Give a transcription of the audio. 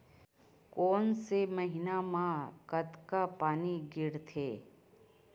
कोन से महीना म कतका पानी गिरथे?